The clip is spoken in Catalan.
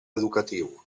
educatiu